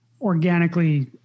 organically